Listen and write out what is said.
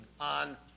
on